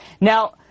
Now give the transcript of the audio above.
Now